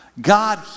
God